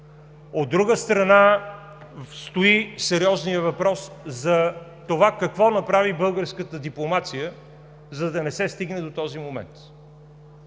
От друга страна, стои сериозният въпрос за това какво направи българската дипломация, за да не се стигне до този момент.